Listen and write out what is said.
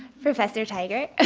professor tigar! ah